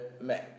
man